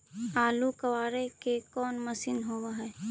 आलू कबाड़े के कोन मशिन होब है?